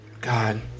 God